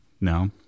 no